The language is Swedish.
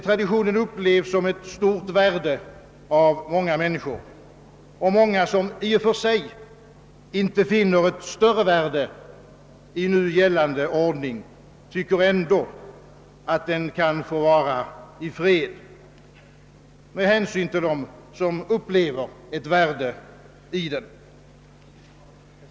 Traditionen upplevs av många människor som mycket värdefull, och många, som i och för sig inte finner ett större värde i nu gällande ordning, tycker ändå att den kan få vara i fred med hänsyn till dem som upplever den som värdefull.